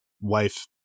wife